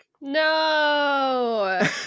no